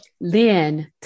Lynn